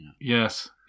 Yes